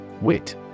Wit